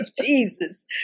Jesus